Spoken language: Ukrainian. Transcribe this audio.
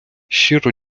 щиро